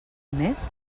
mes